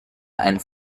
ein